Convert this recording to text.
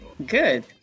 good